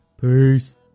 Peace